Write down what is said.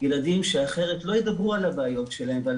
ילדים שאחרת לא ידברו על הבעיות שלהם ועל